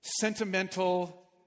sentimental